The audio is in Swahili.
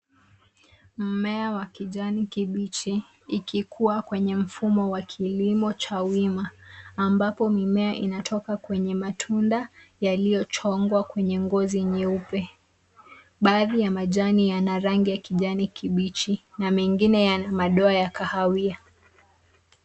Mmea wa kijani kibichi ikikuwa kwenye mfumo wa kilimo cha wima ambapo mimea inatoka kwenye matunda yalichongwa kwenye ngozi nyeupe. Baadhi ya majani yana rangi ya kijani kibichi na mengine yana madoa ya kahawia.